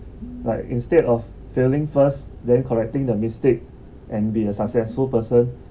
like instead of failing first then correcting the mistake and be a successful person